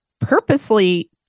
purposely